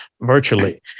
virtually